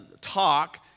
talk